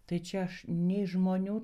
tai čia aš nei žmonių